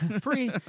Free